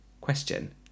question